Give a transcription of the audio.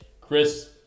Chris